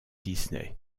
disney